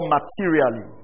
Materially